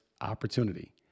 opportunity